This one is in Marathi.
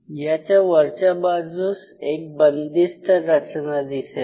याच्या वरच्या बाजूस एक बंदिस्त रचना दिसेल